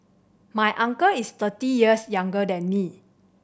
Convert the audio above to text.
my uncle is thirty years younger than me